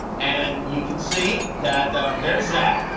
and you can see that there's zach.